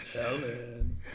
Helen